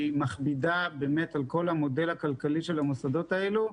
מכבידה על כל המודל הכלכלי של המוסדות האלו.